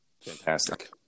Fantastic